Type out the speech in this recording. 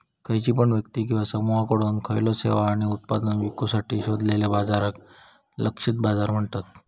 खयची पण व्यक्ती किंवा समुहाकडुन आपल्यो सेवा आणि उत्पादना विकुसाठी शोधलेल्या बाजाराक लक्षित बाजार म्हणतत